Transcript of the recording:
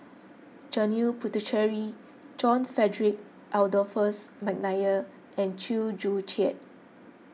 Janil Puthucheary John Frederick Adolphus McNair and Chew Joo Chiat